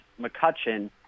McCutcheon